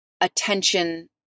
attention